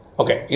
okay